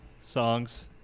songs